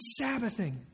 Sabbathing